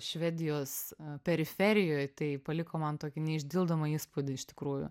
švedijos periferijoj tai paliko man tokį neišdildomą įspūdį iš tikrųjų